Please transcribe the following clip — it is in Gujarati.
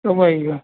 કમાય ગ્યો